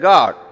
God